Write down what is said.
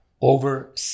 over